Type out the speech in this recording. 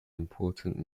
important